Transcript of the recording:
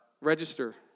register